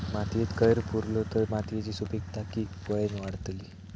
मातयेत कैर पुरलो तर मातयेची सुपीकता की वेळेन वाडतली?